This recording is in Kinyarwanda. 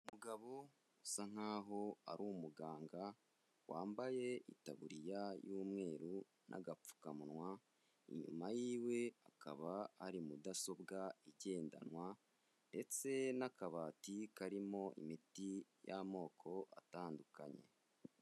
Umugabo usa nkaho ari umuganga wambaye itaburiya y'umweru n'agapfukamunwa, inyuma yiwe hakaba hari mudasobwa igendanwa ndetse n'akabati karimo imiti y'amoko atandukanye.